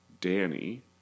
Danny